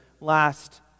last